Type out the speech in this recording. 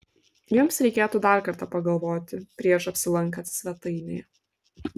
jums reikėtų dar kartą pagalvoti prieš apsilankant svetainėje